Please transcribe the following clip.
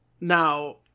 now